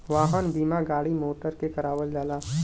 वाहन बीमा गाड़ी मोटर के करावल जाला